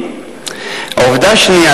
עובדה שנייה,